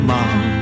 Mom